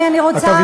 איך אפשר?